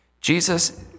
Jesus